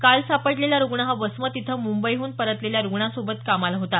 काल सापडलेला रुग्ण हा वसमत इथं मुंबईहून परतलेल्या रुग्णांसोबत कामाला होता